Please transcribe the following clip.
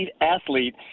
athlete